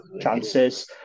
chances